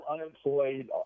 unemployed